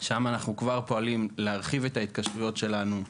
שם אנחנו פועלים להרחבת ההתקשרויות שלנו,